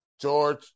George